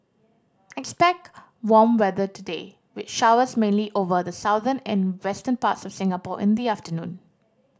expect warm weather today with showers mainly over the southern and western parts of Singapore in the afternoon